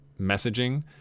messaging